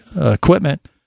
equipment